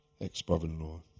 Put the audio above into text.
Ex-brother-in-law